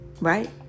right